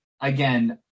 again